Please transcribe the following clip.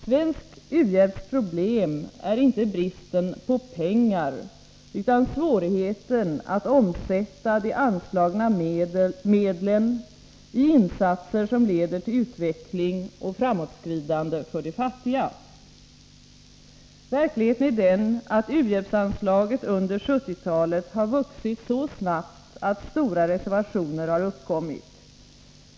Svensk u-hjälps problem är inte bristen på pengar utan svårigheten att omsätta de anslagna medlen i insatser, som leder till utveckling och framåtskridande för de fattiga. Verkligheten är den att u-hjälpsanslaget under 1970-talet har vuxit så snabbt att stora reservationer har uppkommit.